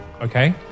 Okay